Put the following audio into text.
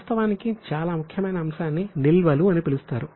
వాస్తవానికి చాలా ముఖ్యమైన అంశాన్ని నిల్వలు అని పిలుస్తారు